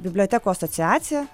bibliotekų asociacija